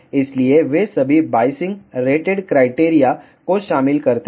इसलिए वे सभी बाइसिंग रेटेड क्राइटेरिया को शामिल करते हैं